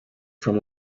from